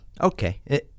Okay